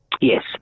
yes